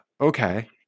Okay